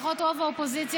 לפחות רוב האופוזיציה,